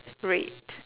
rate